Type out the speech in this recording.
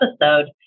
episode